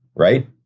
right?